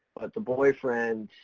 the boyfriend,